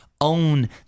own